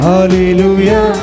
Hallelujah